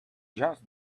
just